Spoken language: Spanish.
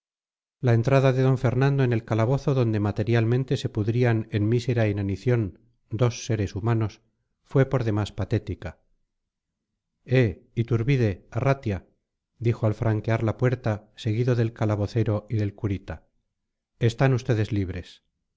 la entrada de d fernando en el calabozo donde materialmente se pudrían en mísera inanición dos seres humanos fue por demás patética eh iturbide arratia dijo al franquear la puerta seguido del calabocero y del curita están ustedes libres